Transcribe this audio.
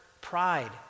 pride